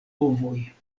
ovoj